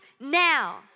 now